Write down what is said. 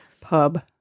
pub